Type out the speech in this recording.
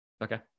Okay